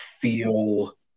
feel